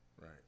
right